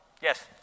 Yes